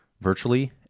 Virtually